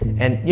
and, you